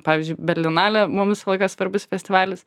pavyzdžiui berlinalė mum visą laiką svarbus festivalis